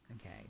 Okay